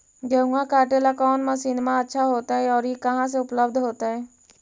गेहुआ काटेला कौन मशीनमा अच्छा होतई और ई कहा से उपल्ब्ध होतई?